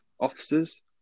officers